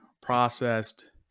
processed